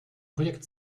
projekt